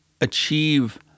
achieve